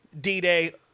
D-Day